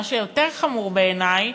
מה שיותר חמור בעיני,